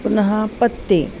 पुनः पत्ते